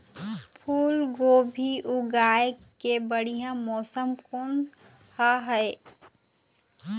फूलगोभी उगाए के बढ़िया मौसम कोन हर ये?